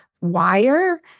wire